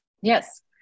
Yes